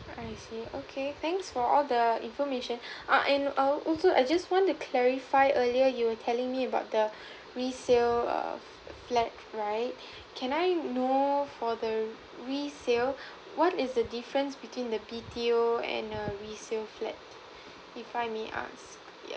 I see okay thanks for all the information uh and I also I just want to clarify earlier you were telling me about the resale err flat right can I know for the resale what is the difference between the B_T_O and a resale flat if I may ask yeah